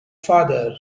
father